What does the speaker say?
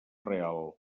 real